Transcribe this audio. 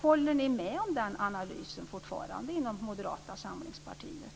Håller ni med om den analysen fortfarande inom Moderata samlingspartiet?